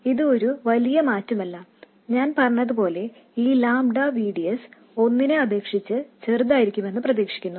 ഇപ്പോൾ ഇത് ഒരു വലിയ മാറ്റമല്ല ഞാൻ പറഞ്ഞതുപോലെ ഈ ലാംഡ VDS ഒന്നിനെ അപേക്ഷിച്ച് ചെറുതായിരിക്കുമെന്ന് പ്രതീക്ഷിക്കുന്നു